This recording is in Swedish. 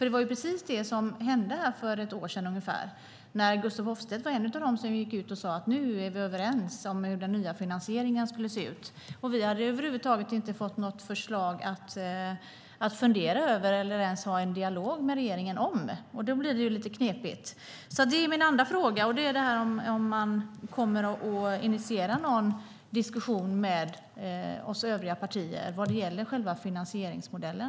Det var precis det som hände för ungefär ett år sedan, när Gustaf Hoffstedt var en av dem som gick ut och sade att nu var vi överens om hur den nya finansieringen skulle se ut. Men vi hade över huvud taget inte fått något förslag att fundera över eller ens ha en dialog med regeringen om. Då blir det lite knepigt. Det var alltså min andra fråga: Kommer man att initiera någon diskussion med oss övriga partier vad gäller själva finansieringsmodellen?